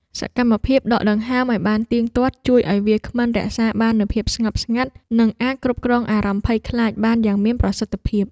សកម្មភាពដកដង្ហើមឱ្យបានទៀងទាត់ ជួយឱ្យវាគ្មិនរក្សាបាននូវភាពស្ងប់ស្ងាត់ និងអាចគ្រប់គ្រងអារម្មណ៍ភ័យខ្លាចបានយ៉ាងមានប្រសិទ្ធភាព។